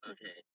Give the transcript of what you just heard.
Okay